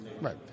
Right